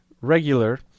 regular